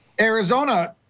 Arizona